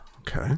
Okay